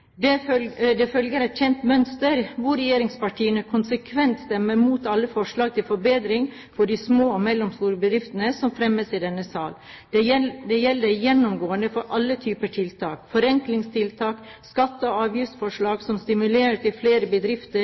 innsats på området. Det følger et kjent mønster, hvor regjeringspartiene konsekvent stemmer imot alle forslag til forbedring for de små og mellomstore bedriftene som fremmes i denne sal. Det gjelder gjennomgående for alle typer tiltak: forenklingstiltak, skatte- og avgiftsforslag som stimulerer til flere bedrifter,